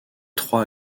trois